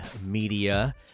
Media